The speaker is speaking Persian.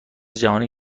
جهانی